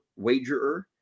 wagerer